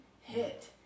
hit